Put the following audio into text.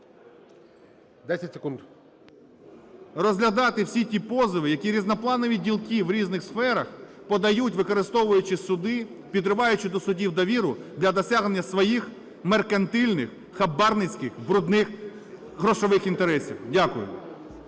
Розглядати всі ті позови, які різнопланові ділки в різних сферах подають, використовуючи суди, підриваючи до судів довіру, для досягнення своїх меркантильних, хабарницьких, брудних грошових інтересів. Дякую.